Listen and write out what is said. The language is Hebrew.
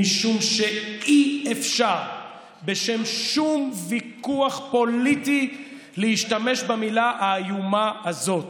משום שאי-אפשר בשם שום ויכוח פוליטי להשתמש במילה האיומה הזאת.